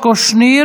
תודה.